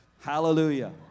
Hallelujah